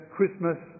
Christmas